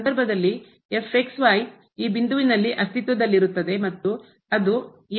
ಆ ಸಂದರ್ಭದಲ್ಲಿ ಈ ಬಿಂದುವಿನಲ್ಲಿ ಅಸ್ತಿತ್ವದಲ್ಲಿರುತ್ತದೆ ಮತ್ತು ಅದು ಮೌಲ್ಯಕ್ಕೆ ಸಮಾನವಾಗಿರುತ್ತದೆ